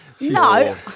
No